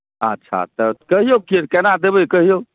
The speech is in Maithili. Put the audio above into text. अच्छा तऽ कहियौ केना देबै कहियौ